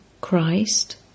Christ